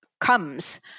comes